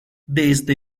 desde